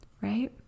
right